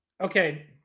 okay